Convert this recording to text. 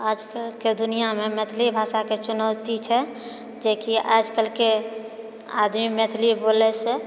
आजकलके दुनियामे मैथिलीभाषाके चुनौती छै किआकि आजकलके आदमी मैथिली बोलएसँ